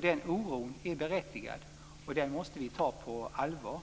Den oron är berättigad, och den måste vi ta på allvar.